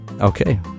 okay